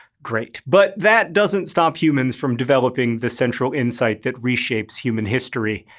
great. but that doesn't stop humans from developing the central insight that reshapes human history.